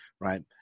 right